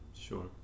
Sure